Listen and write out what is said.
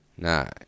No